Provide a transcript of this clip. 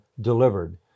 delivered